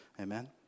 Amen